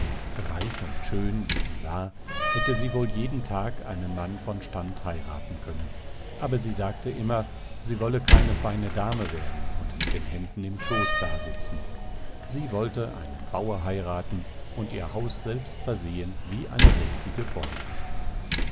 reich und schön wie sie war hätte sie wohl jeden tag einen mann von stand heiraten können aber sie sagte immer sie wolle keine feine dame werden und mit den händen im schoß dasitzen sie wollte einen bauer heiraten und ihr haus selbst versehen wie eine richtige bäuerin